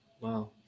Wow